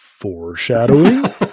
foreshadowing